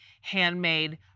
handmade